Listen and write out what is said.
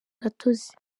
gatozi